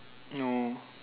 oh